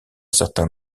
certain